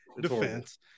defense